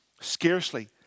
Scarcely